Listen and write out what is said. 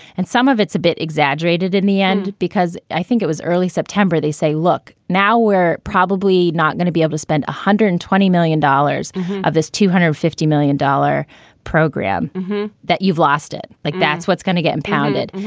and some of it's a bit exaggerated in the end because i think it was early september. they say, look, now we're probably not going to be able to spend one hundred and twenty million dollars of this two hundred and fifty million dollar program that you've lost it, like that's what's going to get impounded.